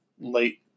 late